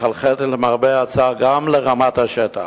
מחלחלת למרבה הצער גם לרמת השטח,